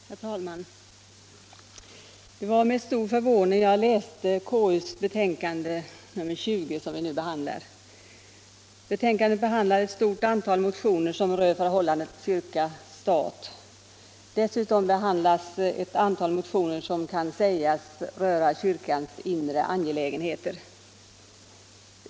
Herr talman! Det var med stor förvåning jag läste konstitutionsutskottets betänkande nr 20, som vi nu debatterar. Betänkandet behandlar ett stort antal motioner som rör förhållandet kyrka-stat. Dessutom behandlas ett antal motioner som kan sägas röra kyrkans inre angelägenheter.